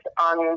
on